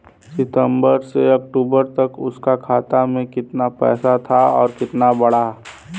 सितंबर से अक्टूबर तक उसका खाता में कीतना पेसा था और कीतना बड़ा?